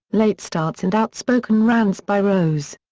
late starts and outspoken rants by rose.